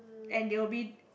and they will be